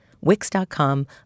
Wix.com